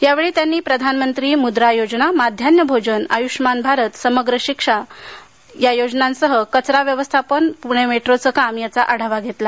या वेळी त्यांनी प्रधानमंत्री मुद्रा योजना माध्यान्ह भोजन आय्ष्यमान भारत समग्र शिक्षा तसंच कचरा व्यवस्थापन मेट्रोचे काम याचा आढावा घेतला